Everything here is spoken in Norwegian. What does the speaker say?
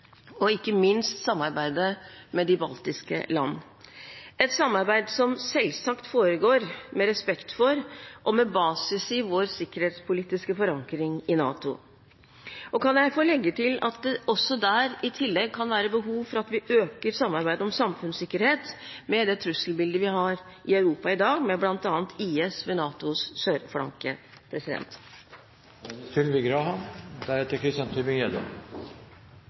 og ikke minst samarbeidet med de baltiske landene, et samarbeid som selvsagt foregår med respekt for og med basis i vår sikkerhetspolitiske forankring i NATO. Kan jeg få legge til at det der i tillegg kan være behov for at vi øker samarbeidet om samfunnssikkerhet, med det trusselbildet vi har i Europa i dag med bl.a. IS ved NATOs